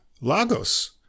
Lagos